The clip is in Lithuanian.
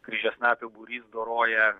kryžiasnapių būrys doroja